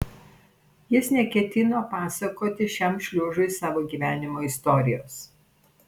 jis neketino pasakoti šiam šliužui savo gyvenimo istorijos